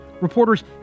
Reporters